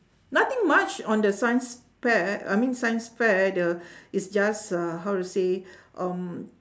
nothing much on the science pair I mean science fair the it's just uh how to say um